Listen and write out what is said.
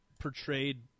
portrayed